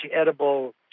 edible